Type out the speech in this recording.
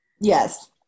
Yes